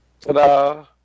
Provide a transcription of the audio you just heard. Ta-da